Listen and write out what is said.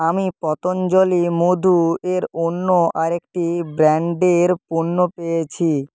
আমি পতঞ্জলি মধু এর অন্য আরেকটি ব্র্যাণ্ডের পণ্য পেয়েছি